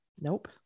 Nope